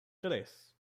tres